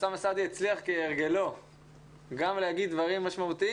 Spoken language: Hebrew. אוסאמה סעדי הצליח כהרגלו גם להגיד דברים משמעותיים